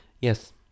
Yes